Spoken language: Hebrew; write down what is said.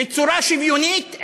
בצורה שוויונית,